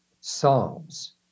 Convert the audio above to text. psalms